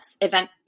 event